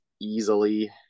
easily